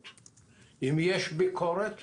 אם יורשה לי,